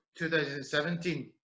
2017